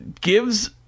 Gives